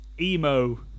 emo